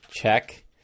check